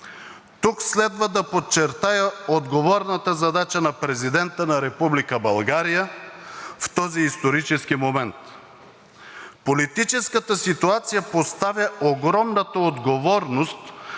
Тук следва да подчертая отговорната задача на Президента на Република България в този исторически момент. Политическата ситуация поставя огромната отговорност